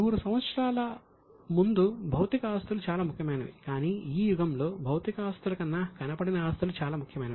100 సంవత్సరాల ముందు భౌతిక ఆస్తులు చాలా ముఖ్యమైనవి కానీ ఈ యుగంలో భౌతిక ఆస్తుల కన్నా కనపడని ఆస్తులు చాలా ముఖ్యమైనవి